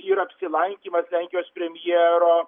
ir apsilankymas lenkijos premjero